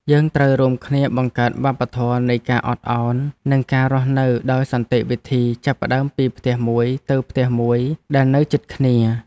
យើងត្រូវរួមគ្នាបង្កើតវប្បធម៌នៃការអត់ឱននិងការរស់នៅដោយសន្តិវិធីចាប់ផ្តើមពីផ្ទះមួយទៅផ្ទះមួយដែលនៅជិតគ្នា។